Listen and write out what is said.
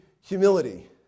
humility